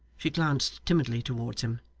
she glanced timidly towards him,